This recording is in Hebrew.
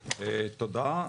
תודה.